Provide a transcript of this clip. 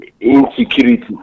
insecurity